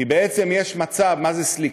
כי בעצם, יש מצב, מה זה סליקה?